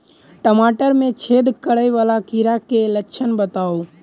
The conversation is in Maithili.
टमाटर मे छेद करै वला कीड़ा केँ लक्षण बताउ?